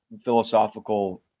philosophical